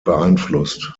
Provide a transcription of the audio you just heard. beeinflusst